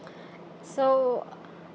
so